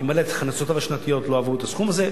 ימלא שהכנסותיו השנתיות לא עברו את הסכום הזה,